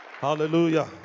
Hallelujah